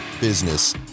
business